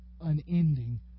unending